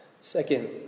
Second